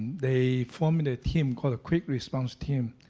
they formed a team called the quick response team,